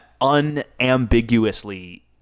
unambiguously